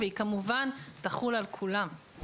בוקר טוב.